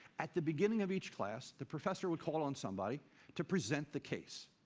at the beginning of each class, the professor would call on somebody to present the case.